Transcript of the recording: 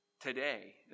today